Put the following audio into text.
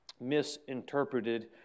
misinterpreted